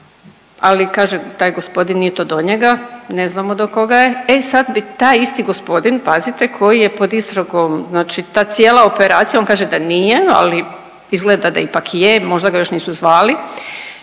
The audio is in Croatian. ali kažem taj gospodin, nije to do njega, ne znamo do koga je. E sad bi taj isti gospodin, pazite, koji je pod istragom, znači ta cijela operacija, on kaže da nije, ali izgleda da ipak je, možda ga još nisu zvali,